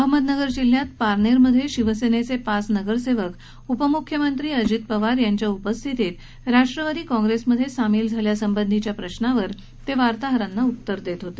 अहमदनगर जिल्ह्यातल्या पारनेर मध्ये शिवसेनेचे पाच नगरसेवक उपम्ख्यमंत्री अजित पवार यांच्या उपस्थितीत राष्ट्रवादी काँग्रेस मध्ये सामील झाल्यासंबंधीच्या प्रश्नावर ते वार्ताहरांना उत्तर देत होते